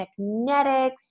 magnetics